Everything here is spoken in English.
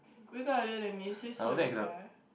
wake up earlier than me six forty five